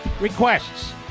requests